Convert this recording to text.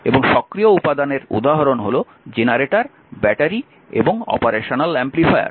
এবং সক্রিয় উপাদানের উদাহরণ হল জেনারেটর ব্যাটারি এবং অপারেশনাল এমপ্লিফায়ার